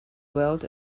world